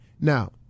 Now